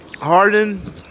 Harden